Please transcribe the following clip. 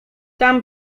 tam